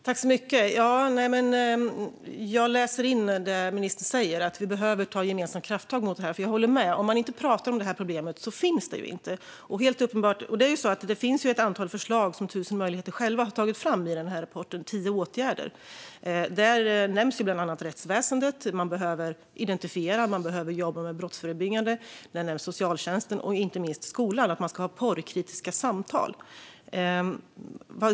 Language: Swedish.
Herr talman! Jag läser in det ministern säger. Vi behöver ta gemensamma krafttag mot detta. Jag håller med: Om man inte pratar om problemet finns det ju inte. Det finns ett antal förslag som 1000 Möjligheter själva har tagit fram i rapporten. Där nämns bland annat rättsväsendet. Man behöver identifiera och jobba brottsförebyggande. Där nämns också socialtjänsten och inte minst skolan, där man ska ha porrkritiska samtal.